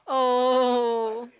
oh